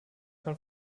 kann